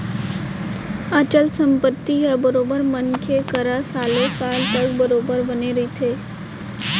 अचल संपत्ति ह बरोबर मनखे करा सालो साल तक बरोबर बने रहिथे